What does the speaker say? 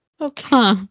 Okay